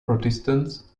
protestants